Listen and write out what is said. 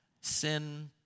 sin